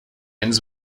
ends